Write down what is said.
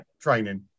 training